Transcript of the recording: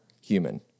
human